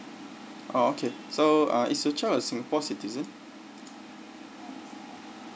orh okay so uh is your child a singapore citizen